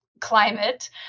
climate